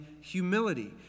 humility